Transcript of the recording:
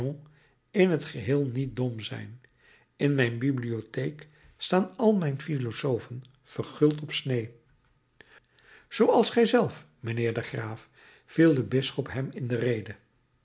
in t geheel niet dom zijn in mijn bibliotheek staan al mijn philosofen verguld op sneê zooals gij zelf mijnheer de graaf viel de bisschop hem in de rede